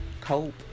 cope